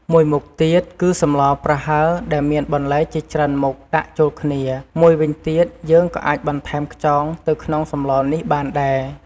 មួយមុខទៀតគឺសម្លរប្រហើរដែលមានបន្លែជាច្រើនមុខដាក់ចូលគ្នា មួយវិញទៀត យើងក៏អាចបន្ថែមខ្យងទៅក្នុងសម្លរនេះបានដែរ។